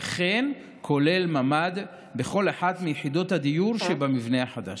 וכן כולל ממ"ד בכל אחת מיחידות הדיור שבמבנה החדש.